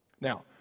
Now